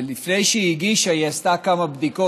ולפני שהיא הגישה היא עשתה כמה בדיקות.